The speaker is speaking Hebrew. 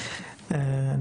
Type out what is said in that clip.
בבית החולים ברזילי.